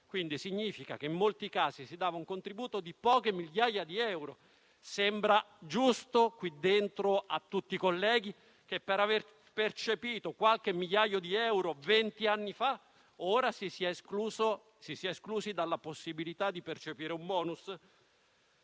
Ciò significa che in molti casi si dava un contributo di poche migliaia di euro. Sembra giusto a tutti i colleghi in quest'Aula che, per aver percepito qualche migliaio di euro vent'anni fa, ora si sia esclusi dalla possibilità di percepire un *bonus*?